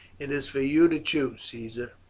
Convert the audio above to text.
it is for you to choose, caesar,